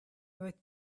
earth